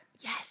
Yes